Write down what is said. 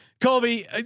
Colby